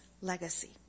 legacy